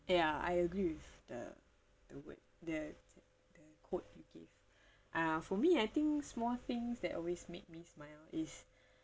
ya I agree with the the way the the the quote you give uh for me I think small things that always make me smile is